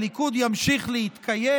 הליכוד ימשיך להתקיים.